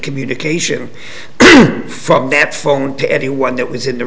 communication from that phone to anyone that was in the